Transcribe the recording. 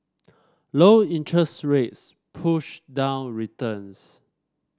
low interest rates push down returns